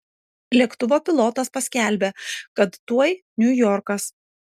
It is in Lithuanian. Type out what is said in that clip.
lėktuvo pilotas paskelbia kad tuoj niujorkas